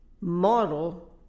model